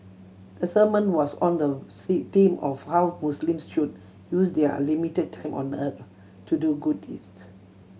the sermon was on the C theme of how Muslims should use their limited time on earth to do good deeds